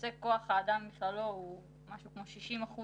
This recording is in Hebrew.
נושא כוח האדם בכללו הוא משהו כמו 60%